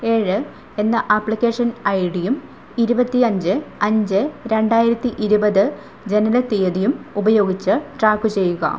ഏഴ് എന്ന ആപ്ലിക്കേഷൻ ഐഡിയും ഇരുപത്തിയഞ്ച് അഞ്ച് രണ്ടായിരത്തി ഇരുപത് ജനനത്തീയതിയും ഉപയോഗിച്ച് ട്രാക്ക് ചെയ്യുക